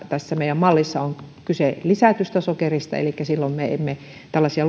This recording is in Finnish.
tässä meidän mallissamme on kyse nimenomaan lisätystä sokerista elikkä silloin me emme tällaisia